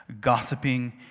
gossiping